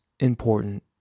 important